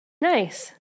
Nice